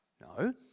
No